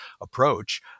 approach